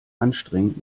anstrengend